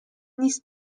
نیست